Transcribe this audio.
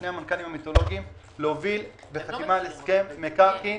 שני המנכ"לים המיתולוגיים לחתימת הסכם מקרקעין